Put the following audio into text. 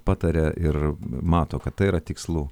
pataria ir mato kad tai yra tikslu